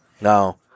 No